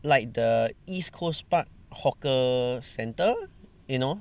like the east coast park hawker center you know